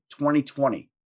2020